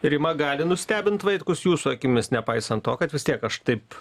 rima gali nustebint vaitkus jūsų akimis nepaisant to kad vis tiek aš taip